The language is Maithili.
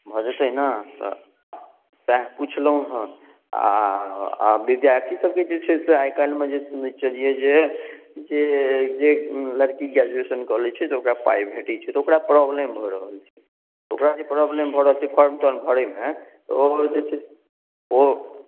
भऽ जेतै ने तऽ सएह पुछलहुँ हेँ आ आ विद्यार्थीसभके जे छै से आइ काल्हिमे सुनैत छलियै जे जे जे लड़की ग्रेजुएशन कऽ लैत छै तऽ ओकरा पाइ भेटैत छै तऽ ओकरा प्रॉब्लम भऽ रहल छै ओकरा जे प्रॉब्लम भऽ रहल छै फॉर्म तोर्म भरैमे ओ जे छै ओ